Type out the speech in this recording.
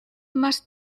más